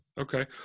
Okay